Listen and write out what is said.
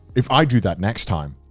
if i do that next time,